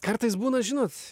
kartais būna žinot